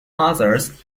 others